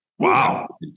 wow